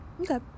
Okay